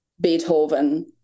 beethoven